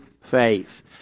faith